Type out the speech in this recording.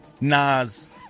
Nas